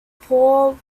paul